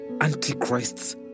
Antichrists